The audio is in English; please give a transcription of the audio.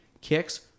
Kicks